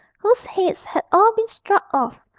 whose heads had all been struck off,